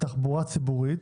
תחבורה ציבורית.